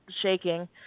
shaking